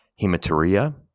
Hematuria